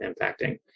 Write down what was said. impacting